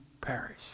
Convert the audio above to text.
perish